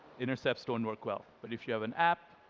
intercepts don't work well. but if you have an app,